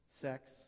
sex